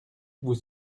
vous